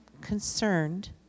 concerned